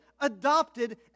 adopted